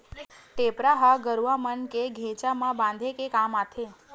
टेपरा ह गरुवा मन के घेंच म बांधे के काम आथे